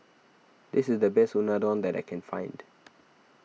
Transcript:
this is the best Unadon that I can find